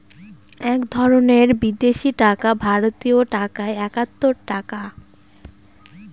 এক ধরনের বিদেশি টাকা ভারতীয় টাকায় একাত্তর টাকা